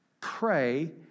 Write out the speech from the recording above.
pray